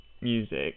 music